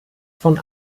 von